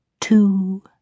two